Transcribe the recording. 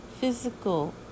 physical